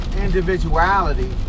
individuality